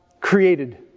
created